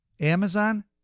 Amazon